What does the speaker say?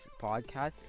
podcast